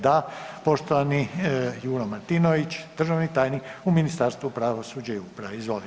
Da, poštovani Juro Martinović, državni tajnik u Ministarstvu pravosuđa i uprave, izvolite.